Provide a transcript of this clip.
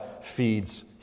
feeds